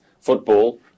football